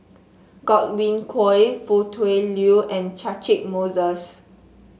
Godwin Koay Foo Tui Liew and Catchick Moses